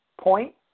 point